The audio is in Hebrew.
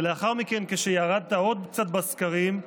ולאחר מכן, כשירדת עוד קצת בסקרים: